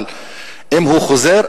אבל אם הוא חוזר,